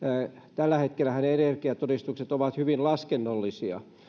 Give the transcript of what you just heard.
tällä hetkellähän energiatodistukset ovat hyvin laskennallisia